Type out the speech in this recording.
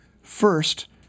First